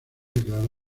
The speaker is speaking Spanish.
declarado